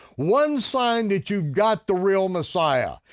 one sign that you've got the real messiah,